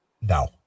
No